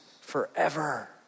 forever